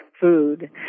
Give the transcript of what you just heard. food